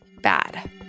Bad